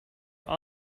were